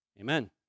Amen